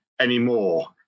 anymore